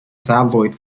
tabloid